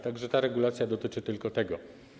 Tak że ta regulacja dotyczy tylko tego.